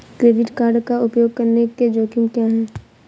Credit card का उपयोग करने के जोखिम क्या हैं?